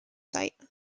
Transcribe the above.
site